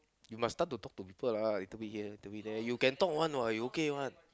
you must start to talk to people lah little bit here little bit there you can talk one what you okay one